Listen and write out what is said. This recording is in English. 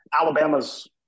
Alabama's –